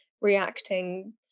reacting